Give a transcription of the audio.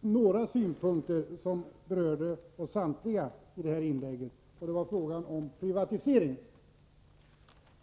några synpunkter i sitt inlägg som berörde samtliga partier, bl.a. rörande frågan om privatisering.